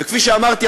וכפי שאמרתי,